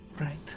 Right